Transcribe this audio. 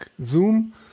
Zoom